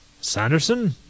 Sanderson